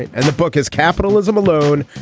and the book is capitalism alone.